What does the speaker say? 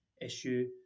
issue